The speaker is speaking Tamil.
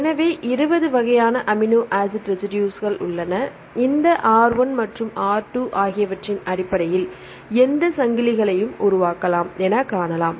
எனவே 20 வகையான அமினோ ஆசிட் ரெசிடுஸ்கள் உள்ளன இந்த R 1 மற்றும் R 2 ஆகியவற்றின் அடிப்படையில் எந்த சங்கிலிகளையும் உருவாக்கலாம் என காணலாம்